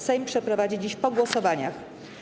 Sejm przeprowadzi dziś po głosowaniach.